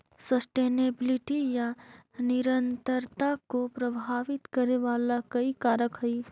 sustainability या निरंतरता को प्रभावित करे वाला कई कारक हई